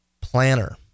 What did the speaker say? Planner